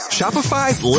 Shopify's